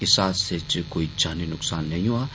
इस हादसे च कोई जानी नुक्सान नेई होआ ऐ